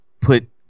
put